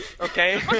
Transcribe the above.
Okay